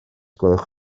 gwelwch